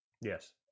Yes